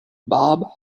bob